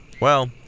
Well